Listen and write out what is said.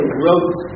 wrote